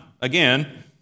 again